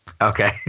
Okay